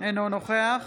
אינו נוכח